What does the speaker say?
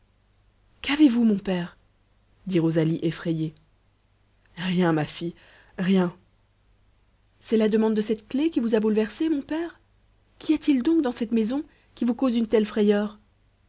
qu'avez-vous mon père dit rosalie effrayée rien ma fille rien c'est la demande de cette clef qui vous a bouleversé mon père qu'y a-t-il donc dans cette maison qui vous cause une telle frayeur